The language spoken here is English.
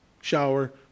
shower